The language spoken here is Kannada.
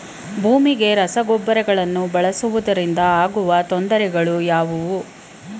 ಭೂಮಿಗೆ ರಸಗೊಬ್ಬರಗಳನ್ನು ಬಳಸುವುದರಿಂದ ಆಗುವ ತೊಂದರೆಗಳು ಯಾವುವು?